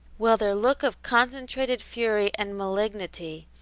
while their look of concentrated fury and malignity,